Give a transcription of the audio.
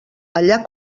allà